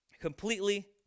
completely